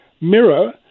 mirror